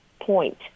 point